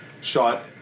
shot